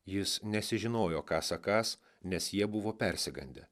jis nesižinojo ką sakąs nes jie buvo persigandę